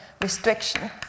restriction